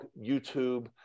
YouTube